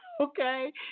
Okay